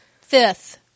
fifth